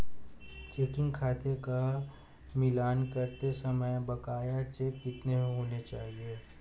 Checking खाते का मिलान करते समय बकाया चेक कितने होने चाहिए?